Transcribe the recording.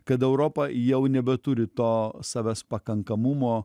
kad europa jau nebeturi to savęs pakankamumo